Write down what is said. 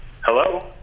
Hello